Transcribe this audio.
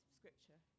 scripture